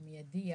המיידי,